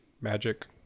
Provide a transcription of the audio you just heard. magic